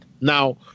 Now